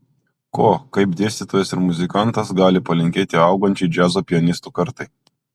ko kaip dėstytojas ir muzikantas gali palinkėti augančiai džiazo pianistų kartai